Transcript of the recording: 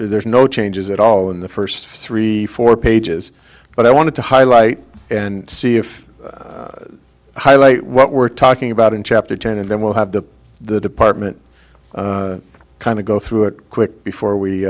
there's no changes at all in the first three four pages but i wanted to highlight and see if highlight what we're talking about in chapter ten and then we'll have the the department kind of go through it quick before we